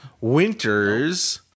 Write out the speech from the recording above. Winters